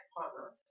partner